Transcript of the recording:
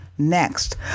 next